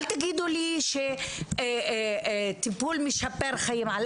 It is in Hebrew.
אל תגידו לי "טיפול משפר חיים"; משפר חיים על